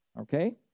Okay